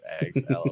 eggs